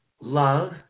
love